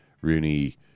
Rooney